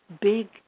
big